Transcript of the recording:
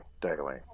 Daily